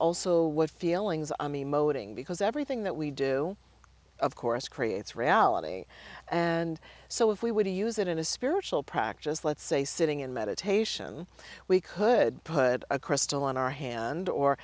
also what feelings i mean motoring because everything that we do of course creates reality and so if we were to use it in a spiritual practice let's say sitting in meditation we could put a crystal on our hand or